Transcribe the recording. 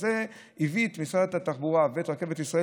וזה הביא את משרד התחבורה ואת רכבת ישראל